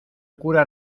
cura